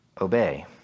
obey